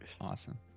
awesome